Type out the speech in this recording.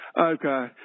okay